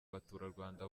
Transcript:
baturarwanda